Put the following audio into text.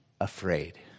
afraid